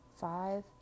five